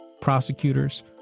prosecutors